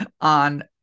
on